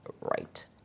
right